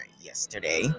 yesterday